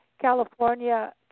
California